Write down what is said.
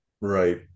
Right